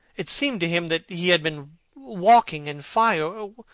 it seemed to him that he had been walking in fire.